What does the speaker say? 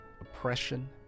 oppression